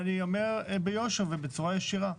ואני אומר ביושר גם